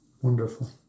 Wonderful